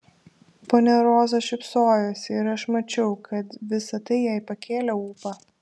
ponia roza šypsojosi ir aš mačiau kad visa tai jai pakėlė ūpą